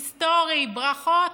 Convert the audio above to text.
היסטורי, ברכות